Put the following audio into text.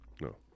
No